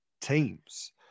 teams